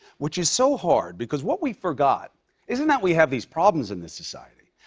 which is so hard, because what we forgot isn't that we have these problems in this society,